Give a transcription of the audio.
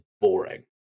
boring